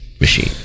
machine